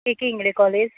P K Ingale college